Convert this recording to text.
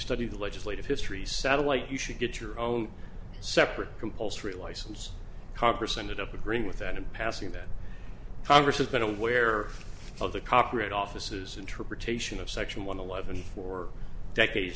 studied legislative history satellite you should get your own separate compulsory license congress ended up agreeing with that in passing that congress has been aware of the copyright office's interpretation of section one eleven for decades